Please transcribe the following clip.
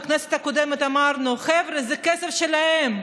בכנסת הקודמת אמרנו: חבר'ה, זה כסף שלהם,